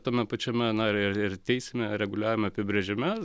tame pačiame na ir ir ir teisinio reguliavimo apibrėžime